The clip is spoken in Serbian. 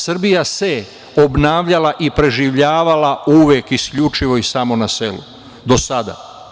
Srbija se obnavljala i preživljavala uvek isključivo i samo na selu do sada.